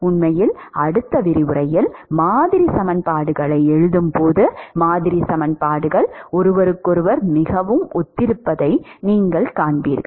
உண்மையில் அடுத்த விரிவுரையில் மாதிரி சமன்பாடுகளை எழுதும் போது மாதிரி சமன்பாடுகள் ஒருவருக்கொருவர் மிகவும் ஒத்திருப்பதை நீங்கள் காண்பீர்கள்